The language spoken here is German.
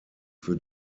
für